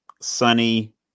sunny